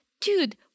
Dude